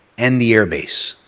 and the air base.